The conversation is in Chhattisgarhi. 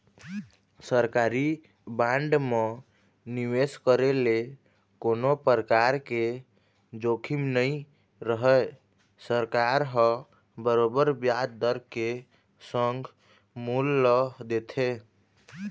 सरकारी बांड म निवेस करे ले कोनो परकार के जोखिम नइ रहय सरकार ह बरोबर बियाज दर के संग मूल ल देथे